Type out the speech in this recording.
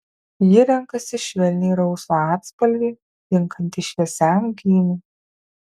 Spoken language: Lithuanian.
ji renkasi švelniai rausvą atspalvį tinkantį šviesiam gymiui